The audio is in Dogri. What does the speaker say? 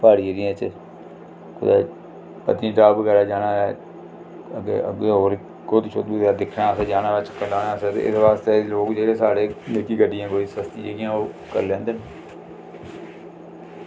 प्हाड़ी एरिया च कुदै पत्तनी टाप बगैरा जाना होऐ ते अग्गें होर कुद्द दिक्खना चक्कर लाना होऐ इस आस्तै जेह्के लोक साढ़े निक्कियां ते कोई सस्ती जेहियां करी लैंदे न